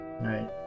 right